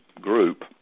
group